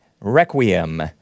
Requiem